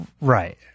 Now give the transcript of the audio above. Right